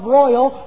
royal